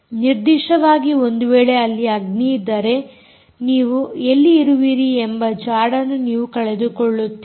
ನಿರ್ದಿಷ್ಟವಾಗಿ ಒಂದು ವೇಳೆ ಅಲ್ಲಿ ಅಗ್ನಿಯಿದ್ದರೆ ನೀವು ಎಲ್ಲಿ ಇರುವಿರಿ ಎಂಬ ಜಾಡನ್ನು ನೀವು ಕಳೆದು ಕೊಳ್ಳುತ್ತೀರಿ